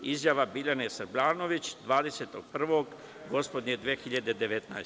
Izjava Biljane Srbrljanović 20. januara, gospodnjeg 2019.